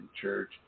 church